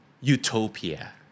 utopia